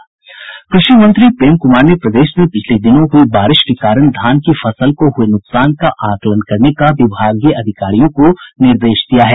कृषि मंत्री प्रेम कुमार ने प्रदेश में पिछले दिनों हुई बारिश के कारण धान की फसल को हुए नुकसान का आकलन करने का विभागीय अधिकारियों को निर्देश दिया है